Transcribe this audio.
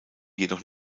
jedoch